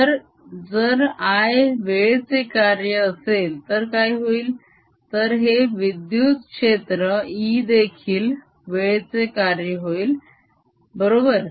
तर जर I वेळेचे कार्य असेल तर काय होईल तर हे विद्युत क्षेत्र E देखील वेळेचे कार्य होईल बरोबर